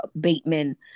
Bateman